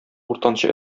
уртанчы